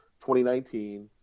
2019